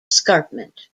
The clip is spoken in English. escarpment